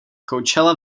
coachella